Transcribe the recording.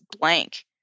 blank